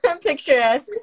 picturesque